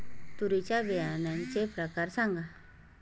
तूरीच्या बियाण्याचे प्रकार सांगा